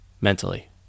mentally